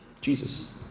Jesus